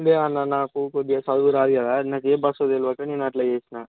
ఇదే అన్న నాకు కొద్దిగా చదువు రాదు కదా నాకు ఏ బస్సో తెలియక నేను అట్లా చేసినా